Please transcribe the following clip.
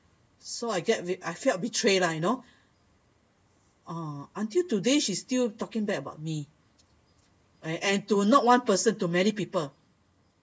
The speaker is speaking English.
so I get I felt betrayed lah you know uh until today she's still talking bad about me and to not one person to many people